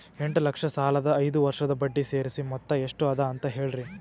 ಎಂಟ ಲಕ್ಷ ಸಾಲದ ಐದು ವರ್ಷದ ಬಡ್ಡಿ ಸೇರಿಸಿ ಮೊತ್ತ ಎಷ್ಟ ಅದ ಅಂತ ಹೇಳರಿ?